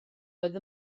oedd